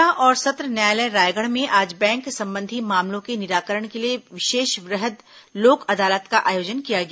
जिला और सत्र न्यायालय रायगढ़ में आज बैंक संबंधी मामलों के निराकरण के लिए विशेष वृहद लोक अदालत का आयोजन किया गया